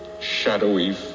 shadowy